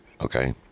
Okay